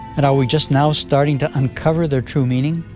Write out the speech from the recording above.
and are we just now starting to uncover their true meaning?